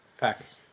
Packers